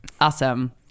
awesome